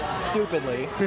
stupidly